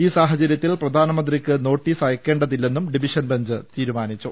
ഈ സാഹചര്യത്തിൽ പ്രധാനമന്ത്രിക്ക് നോട്ടീസ് അയക്കേണ്ട തില്ലെന്നും ഡിവിഷൻ ബെഞ്ച് തീരുമാനിച്ചു